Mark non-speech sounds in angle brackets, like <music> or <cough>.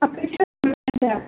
आकांक्षा <unintelligible>